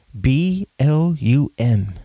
B-L-U-M